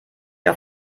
auf